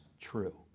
true